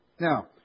Now